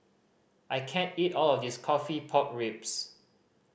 I can't eat all of this coffee pork ribs